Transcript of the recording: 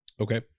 Okay